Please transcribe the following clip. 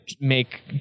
make